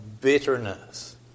bitterness